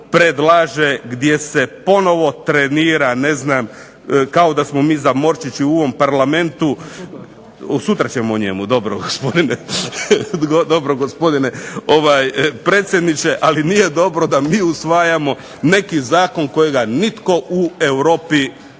predlaže, gdje se ponovo trenira ne znam kao da smo mi zamorčići u ovom Parlamentu. …/Upadica se ne razumije./… Sutra ćemo o njemu, dobro gospodine predsjedniče, ali nije dobro da mi usvajamo neki zakon kojega nitko u Europi